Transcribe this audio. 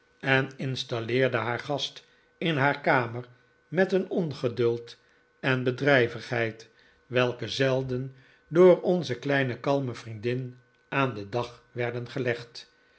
en installeerde haar gast in haar kamer met een ongeduld en bedrijvigheid welke zelden door onze kleine kalme vriendin aan den dag werden gelegd